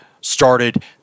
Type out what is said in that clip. started